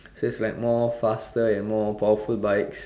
so it's like more faster and more powerful bikes